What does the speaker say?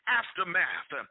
aftermath